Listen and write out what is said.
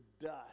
dust